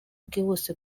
bwihuse